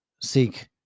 seek